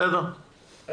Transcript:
אם